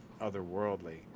otherworldly